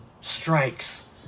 strikes